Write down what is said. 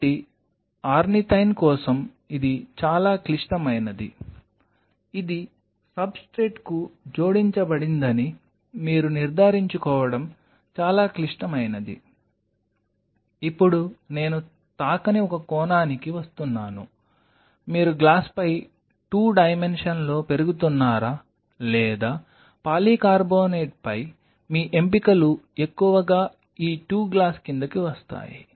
కాబట్టి ఆర్నిథైన్ కోసం ఇది చాలా క్లిష్టమైనది ఇది సబ్స్ట్రేట్కు జోడించబడిందని మీరు నిర్ధారించుకోవడం చాలా క్లిష్టమైనది ఇప్పుడు నేను తాకని ఒక కోణానికి వస్తున్నాను మీరు గ్లాస్పై 2 డైమెన్షన్లో పెరుగుతున్నారా లేదా పాలికార్బోనేట్పై మీ ఎంపికలు ఎక్కువగా ఈ 2 గ్లాస్ కింద వస్తాయి